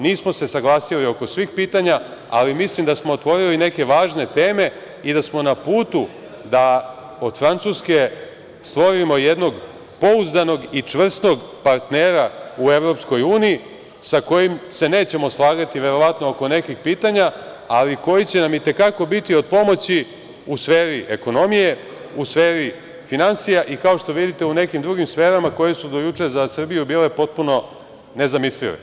Nismo se saglasili oko svih pitanja, ali mislim da smo otvorili neke važne teme i da smo na putu da od Francuske stvorimo jednog pouzdanog i čvrstog partnera u EU, sa kojim se nećemo slagati verovatno oko nekih pitanja, ali koji će nam i te kako biti od pomoći u sferi ekonomije, u sferi finansija i kao što vidite u nekim drugim sferama koje su do juče za Srbiju bile potpuno nezamislive.